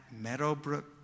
Meadowbrook